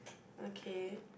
okay